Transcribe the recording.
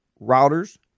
routers